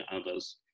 others